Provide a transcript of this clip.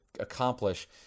Accomplish